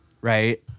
Right